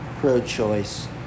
pro-choice